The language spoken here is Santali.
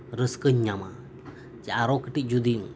ᱨᱟᱹᱥᱠᱟᱹᱧ ᱧᱟᱢᱟ ᱡᱮ ᱟᱨ ᱦᱚᱸ ᱠᱟᱹᱴᱤᱡ ᱡᱩᱫᱤ